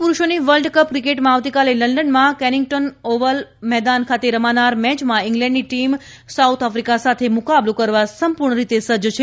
પુરૂષોની world cup ક્રિકેટમાં આવતીકાલે લંડનમાં કેનીંગટન ઓવલ મેદાન ખાતે રમાનાર મેચમાં ઇંગ્લેન્ડની ટીમ સાઉથ આફ્રિકા સામે મુકાબલો કરવા સંપૂર્ણ રીતે સજ્જ છે